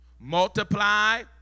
Multiply